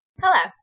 Hello